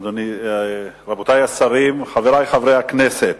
רבותי השרים, חברי חברי הכנסת,